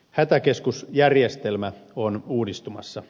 hätäkeskusjärjestelmä on uudistumassa